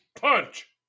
Punch